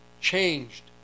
changed